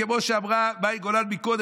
כמו שאמרה מאי גולן קודם,